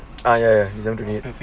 ah ya ya december twenty eight